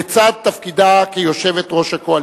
לצד תפקידה כיושבת-ראש הקואליציה.